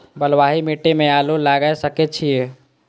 बलवाही मिट्टी में आलू लागय सके छीये?